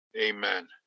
Amen